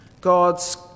God's